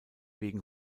wegen